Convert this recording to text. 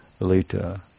Alita